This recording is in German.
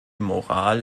moral